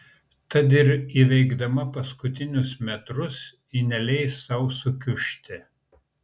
tad ir įveikdama paskutinius metrus ji neleis sau sukiužti